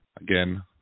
Again